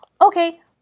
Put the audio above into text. okay